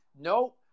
no